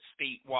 statewide